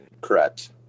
Correct